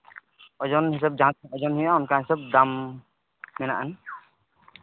ᱳᱡᱚᱱ ᱦᱤᱥᱟᱹᱵ ᱡᱟᱦᱟᱸ ᱛᱤᱱᱟᱜ ᱳᱡᱚᱱ ᱦᱩᱭᱩᱜᱼᱟ ᱚᱱᱠᱟ ᱦᱤᱥᱟᱹᱵ ᱫᱟᱢ ᱢᱮᱱᱟᱜᱼᱟ